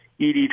ED